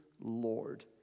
Lord